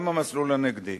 גם במסלול הנגדי.